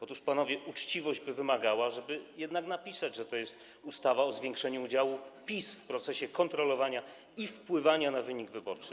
Otóż, panowie, uczciwość by wymagała, żeby jednak napisać, że to jest ustawa o zwiększeniu udziału PiS w procesie kontrolowania wyborów i wpływania na wynik wyborczy.